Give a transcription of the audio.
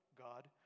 God